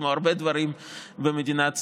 כמו הרבה דברים במדינת ישראל,